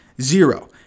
Zero